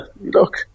look